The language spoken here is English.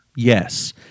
Yes